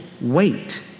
wait